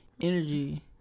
energy